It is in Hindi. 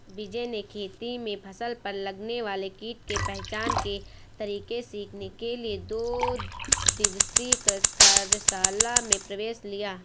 विजय ने खेती में फसल पर लगने वाले कीट के पहचान के तरीके सीखने के लिए दो दिवसीय कृषि कार्यशाला में प्रवेश लिया